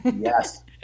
Yes